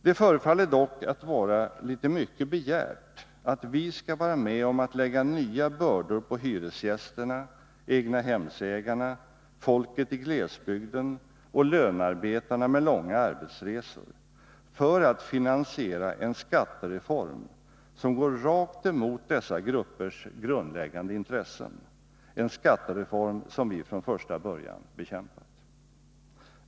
Det förefaller dock att vara väl mycket begärt att vi skall vara med om att lägga nya bördor på hyresgästerna, egnahemsägarna, folket i glesbygden och lönarbetarna med långa arbetsresor för att finansiera en skattereform som går rakt emot dessa gruppers grundläggande intressen, en skattereform som vi från första början bekämpat.